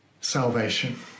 salvation